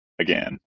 Again